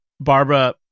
Barbara